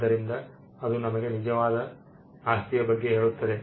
ಆದ್ದರಿಂದ ಅದು ನಮಗೆ ನಿಜವಾದ ಆಸ್ತಿಯ ಬಗ್ಗೆ ಹೇಳುತ್ತದೆ